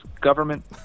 government